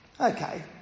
Okay